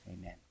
Amen